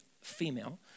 female